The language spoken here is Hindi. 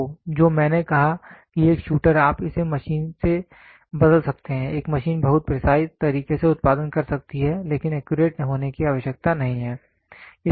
तो जो मैंने कहा कि एक शूटर आप इसे मशीन से बदल सकते हैं एक मशीन बहुत प्रिसाइज तरीके से उत्पादन कर सकती है लेकिन एक्यूरेट होने की आवश्यकता नहीं है